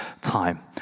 time